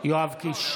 יואב קיש,